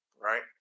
right